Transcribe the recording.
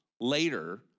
later